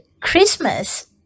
Christmas